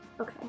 Okay